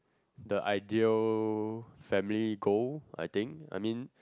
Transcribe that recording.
the ideal family goal I think I mean